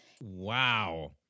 Wow